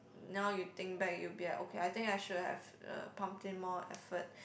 now you think back you'll be like okay I should have uh pumped in more effort